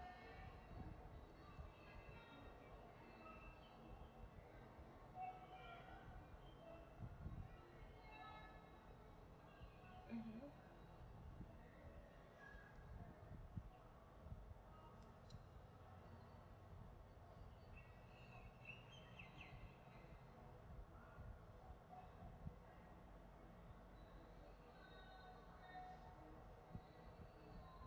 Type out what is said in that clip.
mmhmm